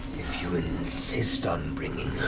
if you insist on bringing